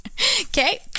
Okay